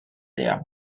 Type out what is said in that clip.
there